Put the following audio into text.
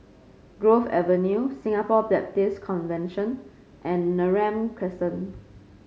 Grove Avenue Singapore Baptist Convention and Neram Crescent